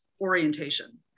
orientation